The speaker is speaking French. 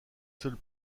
seule